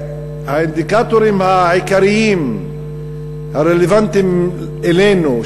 האינדיקטורים העיקריים הרלוונטיים לנו,